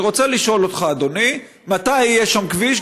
אני רוצה לשאול אותך, אדוני, מתי יהיה שם כביש?